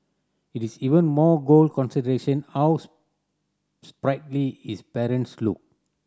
it is even more gold consideration how sprightly his parents look